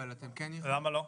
למה לא?